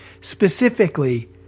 specifically